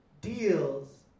deals